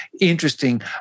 interesting